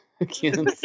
again